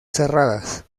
cerradas